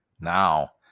Now